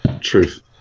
Truth